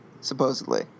supposedly